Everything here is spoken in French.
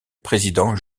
président